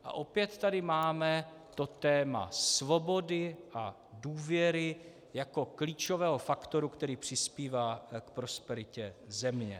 A opět tady máme to téma svobody a důvěry jako klíčového faktoru, který přispívá k prosperitě země.